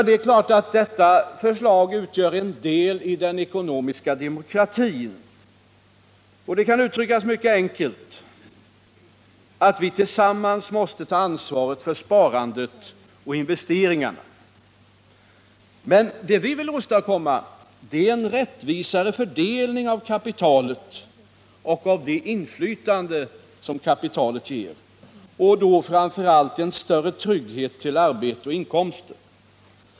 Det är klart att detta förslag utgör en del i den ekonomiska demokratin, och det begreppet kan uttryckas mycket enkelt: Vi måste tillsammans ta ansvaret för sparandet och investeringarna. Men det vi vill åstadkomma är en rättvisare fördelning av kapitalet och av det inflytande som kapitalet ger, framför allt en större trygghet när det gäller arbete och inkomster.